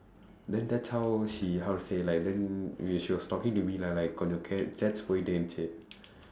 then that's how she how to say like then we she was talking to me lah like கொஞ்சம்:konjsam chats போயிக்கிட்டே இருந்துச்சு:pooyikkitdee irundthuchsu